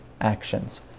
actions